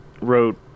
wrote